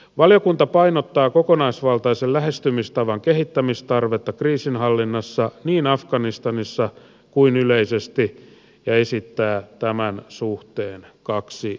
valiokunta painottaa kokonaisvaltaisen lähestymistavan kehittämistarvetta kriisinhallinnassa niin afganistanissa kuin yleisesti ja esittää tämän suhteen kaksi lausumaa